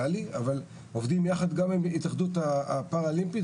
עובדים יחד גם עם התאחדות הפרה-לימפי,